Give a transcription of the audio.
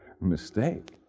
Mistake